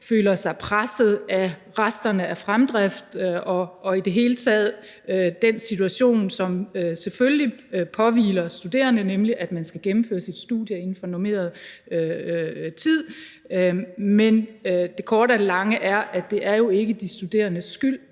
føler sig pressede af resterne af fremdriftsreformen og i det hele taget den situation, som selvfølgelig påhviler studerende, nemlig at man skal gennemføre sit studie inden for normeret tid. Men det korte af det lange er, at det jo ikke er de studerendes skyld,